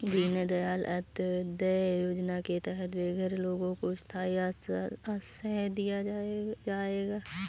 दीन दयाल अंत्योदया योजना के तहत बेघर लोगों को स्थाई आश्रय दिया जाएगा